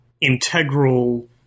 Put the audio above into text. integral